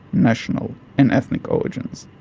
national and ethnic origins